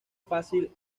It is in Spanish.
fácil